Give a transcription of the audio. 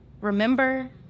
remember